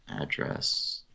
address